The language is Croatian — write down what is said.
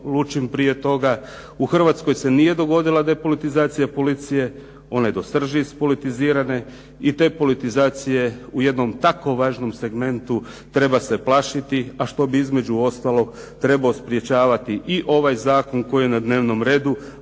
u Hrvatskoj se nije dogodila depolitizacija policije, ona je do srži ispolitizirana i te politizacije u jednom tako važnom segmentu treba se plašiti, a što bi između ostalog trebao sprječavati i ovaj zakon koji je na dnevnom redu,